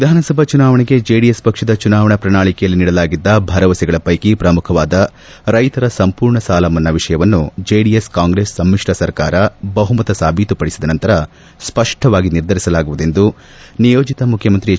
ವಿಧಾನಸಭಾ ಚುನಾವಣೆಗೆ ಜೆಡಿಎಸ್ ಪಕ್ಷದ ಚುನಾವಣಾ ಪ್ರಣಾಳಿಕೆಯಲ್ಲಿ ನೀಡಲಾಗಿದ್ದ ಭರವಸೆಗಳ ಷ್ಯೆಕಿ ಪ್ರಮುಖವಾದ ರೈತರ ಸಂಪೂರ್ಣ ಸಾಲ ಮನ್ನಾ ವಿಷಯವನ್ನು ಜೆಡಿಎಸ್ ಕಾಂಗ್ರೆಸ್ ಸಮಿತ್ರ ಸರ್ಕಾರ ಬಹುಮತ ಸಾಬೀತುಪಡಿಸಿದ ನಂತರ ಸ್ಪಷ್ಷವಾಗಿ ನಿರ್ಧರಿಸಲಾಗುವುದೆಂದು ನಿಯೋಜಿತ ಮುಖ್ಯಮಂತ್ರಿ ಎಚ್